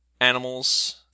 animals